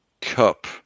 Cup